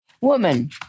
Woman